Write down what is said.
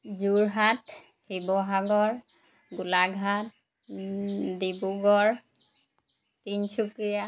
Jorhat Sivasagar Golaghat Dibrugarh Tinsukia